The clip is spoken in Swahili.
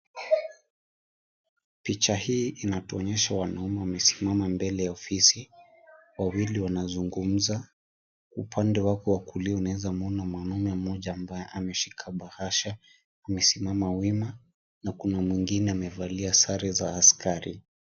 Picha hii inatuonyesha wanaume wamesimama mbele ya ofisi, wawili wanazungumza. Upande wako wa kulia unaeza muona mwanaume mmoja ameshika bahasha, amesimama wima, na kuna mwingine amevalia sare za askari.